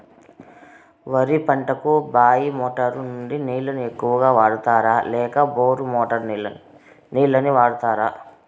వరి పంటకు బాయి మోటారు నుండి నీళ్ళని ఎక్కువగా వాడుతారా లేక బోరు మోటారు నీళ్ళని వాడుతారా?